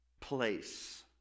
place